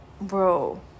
bro